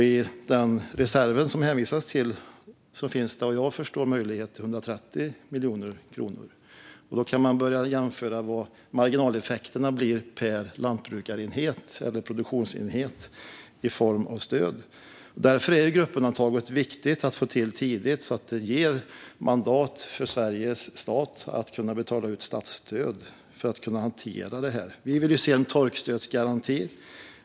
I den reserv det hänvisas till finns det vad jag förstår möjlighet till 130 miljoner kronor, och då kan man börja jämföra vad marginaleffekterna blir per lantbrukarenhet eller produktionsenhet i form av stöd. Därför är det viktigt att få till gruppundantaget tidigt så att Sveriges stat får mandat att betala ut statsstöd för att hantera detta. Vi vill se en torkstödsgaranti.